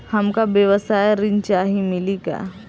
हमका व्यवसाय ऋण चाही मिली का?